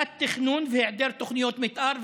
תת-תכנון והיעדר תוכניות מתאר.